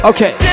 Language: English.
Okay